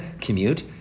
commute